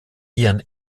ihren